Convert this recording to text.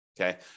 okay